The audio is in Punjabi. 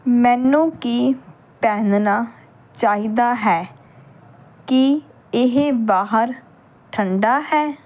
ਮੈਨੂੰ ਕੀ ਪਹਿਨਣਾ ਚਾਹੀਦਾ ਹੈ ਕੀ ਇਹ ਬਾਹਰ ਠੰਡਾ ਹੈ